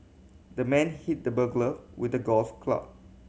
the man hit the burglar with the golf club